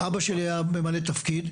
אבא שלי היה ממלא תפקיד.